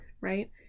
Right